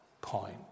point